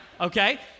Okay